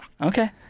Okay